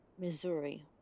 missouri